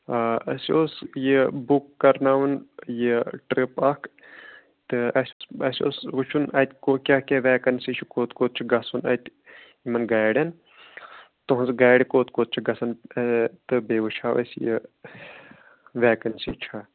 آ اَسہِ اوس یہِ بُک کَرناوُن یہِ ٹِرٛپ اَکھ تہٕ اَسہِ اَسہِ اوس وٕچھُن اَتہِ کوٚ کیٛاہ کیٛاہ وٮ۪کَنسی چھِ کوٚت کوٚت چھِ گژھُن اَتہِ یِمَن گاڑٮ۪ن تُہٕنٛزٕ گاڑِ کوٚت کوٚت چھِ گژھان تہٕ بیٚیہِ وٕچھ ہاو أسۍ یہِ وٮ۪کَنسی چھےٚ